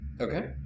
Okay